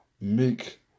make